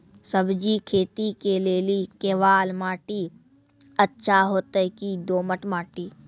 सब्जी खेती के लेली केवाल माटी अच्छा होते की दोमट माटी?